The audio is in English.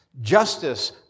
Justice